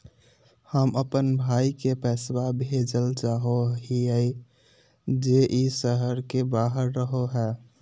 हम अप्पन भाई के पैसवा भेजल चाहो हिअइ जे ई शहर के बाहर रहो है